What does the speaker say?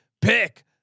Pick